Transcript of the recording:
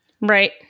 Right